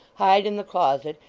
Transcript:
hide in the closet,